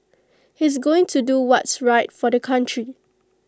he's going to do what's right for the country